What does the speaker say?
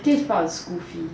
I think it's part of school fee